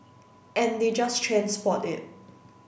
and they just transport it